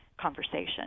conversation